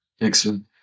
Excellent